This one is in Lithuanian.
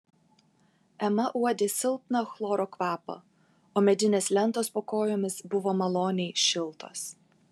ema uodė silpną chloro kvapą o medinės lentos po kojomis buvo maloniai šiltos